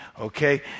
Okay